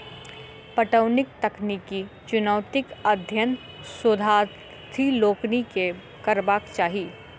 पटौनीक तकनीकी चुनौतीक अध्ययन शोधार्थी लोकनि के करबाक चाही